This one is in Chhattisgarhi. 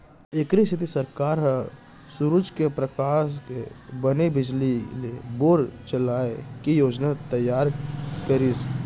एखरे सेती सरकार ह सूरूज के परकास के बने बिजली ले बोर चलाए के योजना तइयार करिस